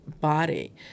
body